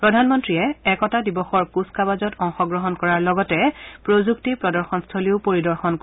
প্ৰধানমন্ত্ৰীয়ে একতা দিৱসৰ কুচকাৱাছত অংশগ্ৰহণ কৰাৰ লগতে প্ৰযুক্তি প্ৰদৰ্শনস্থলী পৰিদৰ্শন কৰিব